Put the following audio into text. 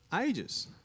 Ages